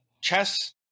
chess